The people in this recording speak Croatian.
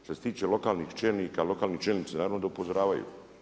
Što se tiče lokalnih čelnika, lokalni čelnici naravno da upozoravaju.